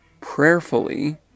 prayerfully